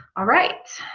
alright